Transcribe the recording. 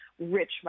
rich